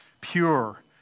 pure